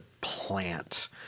plant